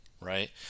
right